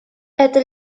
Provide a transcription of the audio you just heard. это